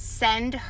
send